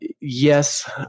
yes